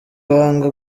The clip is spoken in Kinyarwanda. wanga